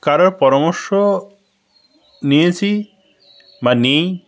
কারোর পরামশ্য নিয়েছি বা নিই